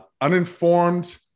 Uninformed